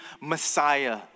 Messiah